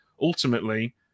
ultimately